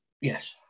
Yes